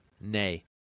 Nay